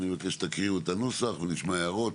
אני מבקש שתקריאו את הנוסח ונשמע הערות.